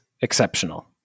exceptional